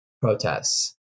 protests